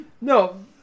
No